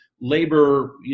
labor